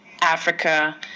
Africa